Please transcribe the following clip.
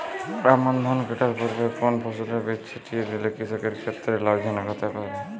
আমন ধান কাটার পূর্বে কোন ফসলের বীজ ছিটিয়ে দিলে কৃষকের ক্ষেত্রে লাভজনক হতে পারে?